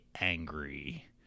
angry